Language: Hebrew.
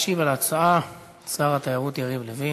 ישיב על ההצעה שר התיירות יריב לוין.